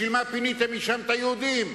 בשביל מה פיניתם משם את היהודים?